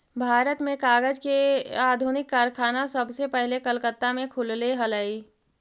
भारत में कागज के आधुनिक कारखाना सबसे पहले कलकत्ता में खुलले हलइ